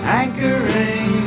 anchoring